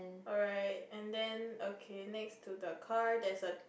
alright and then okay next to the car that's a